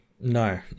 no